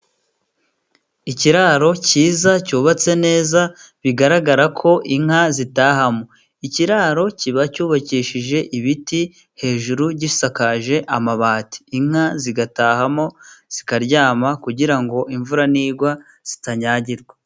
Ikiraro kiza, cyubatse neza, bigaragara ko inka zitahamo. Ikiraro kiba cyubakishije ibiti, hejuru gisakaje amabati. Inka zigatahamo zikaryama, kugira ngo imvura nigwa zitanyagirwa.